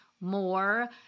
more